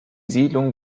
siedlung